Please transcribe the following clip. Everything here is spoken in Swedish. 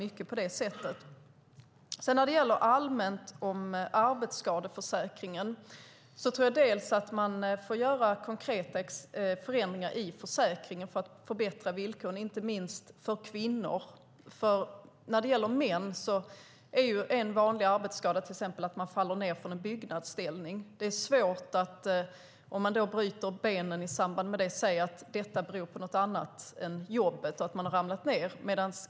Sedan vill jag säga allmänt något om arbetsskadeförsäkringen. Jag tror att det behöver göras konkreta förändringar i försäkringen för att förbättra villkoren, inte minst för kvinnor. En vanlig arbetsskada för män är att de faller ned från en byggnadsställning. Om de bryter benen i samband med fallet är det svårt att säga att skadan beror på något annat än att de har ramlat i jobbet.